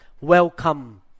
welcome